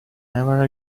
never